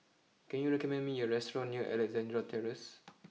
can you recommend me a restaurant near Alexandra Terrace